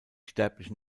sterblichen